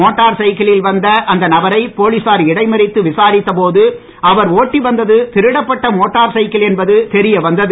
motor சைக்கிளில் வந்த அந்த நபரை போலீசார் இடைமறித்து விசாரித்த போது அவர் ஓட்டி வந்தது திருடப்பட்ட மோட்டார் சைக்கிள் என்பது தெரியவந்தது